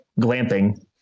glamping